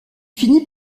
finit